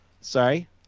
Sorry